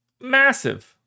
Massive